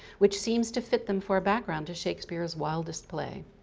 which seems to fit them for a background to shakespeare's wildest play.